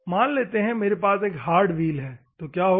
मान लेते हैं मेरे पास एक हार्ड व्हील है तो क्या होगा